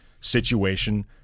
situation